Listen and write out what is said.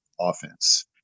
Offense